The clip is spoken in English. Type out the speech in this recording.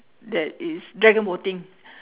that is dragon boating